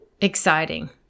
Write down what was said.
exciting